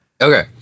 Okay